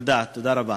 תודה, תודה רבה.